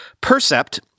percept